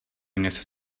něco